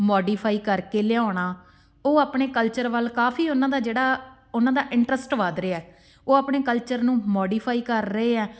modify ਕਰਕੇ ਲਿਆਉਣਾ ਉਹ ਆਪਣੇ ਕਲਚਰ ਵੱਲ ਕਾਫੀ ਉਹਨਾਂ ਦਾ ਜਿਹੜਾ ਉਹਨਾਂ ਦਾ ਇੰਟਰਸਟ ਵੱਧ ਰਿਹਾ ਉਹ ਆਪਣੇ ਕਲਚਰ ਨੂੰ ਮੋਡੀਫਾਈ ਕਰ ਰਹੇ ਆ